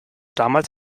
damals